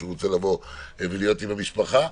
שהוא רוצה לבוא ולהיות עם המשפחה,